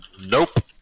Nope